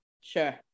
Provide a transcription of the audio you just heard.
sure